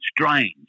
strange